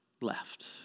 left